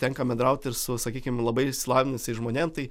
tenka bendrauti ir su sakykim labai išsilavinusiais žmonėm tai